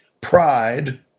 pride